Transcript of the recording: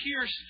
pierce